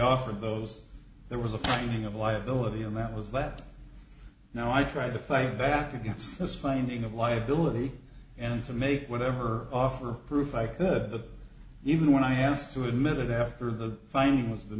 offered those there was a finding of liability and that was left now i tried to fight back against this finding of liability and to make whatever offer proof i could the even when i asked to admit it after the finding was th